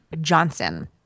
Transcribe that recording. Johnson